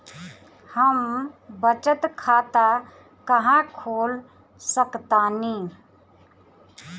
हम बचत खाता कहां खोल सकतानी?